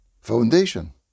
Foundation